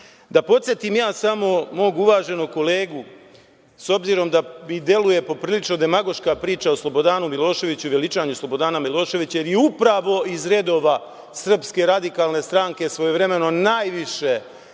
podsetim samo mog uvaženog kolegu, s obzirom da mi deluje poprilično demagoška priča o Slobodanu Miloševiću i veličanju Slobodana Miloševića, jer je upravo iz redova SRS svojevremeno najviše